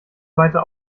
weiter